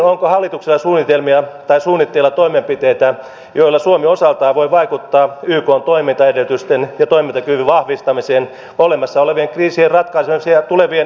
onko hallituksella suunnitelmia tai suunnitteilla toimenpiteitä joilla suomi osaltaan voi vaikuttaa ykn toimintaedellytysten ja toimintakyvyn vahvistamiseen olemassa olevien kriisien ratkaisemisessa ja tulevien ennakoimisessa